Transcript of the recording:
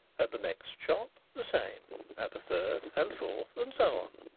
at the next shop the same at the third, and fourth, and so on.